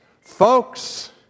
folks